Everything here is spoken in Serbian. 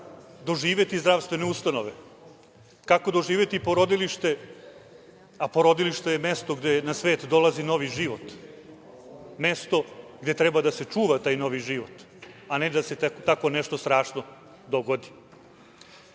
onda doživeti zdravstvene ustanove, kako doživeti porodilište, a porodilište je mesto gde na svet dolazi novi život, mesto gde treba da se čuva taj novi život, a ne da se tako nešto strašno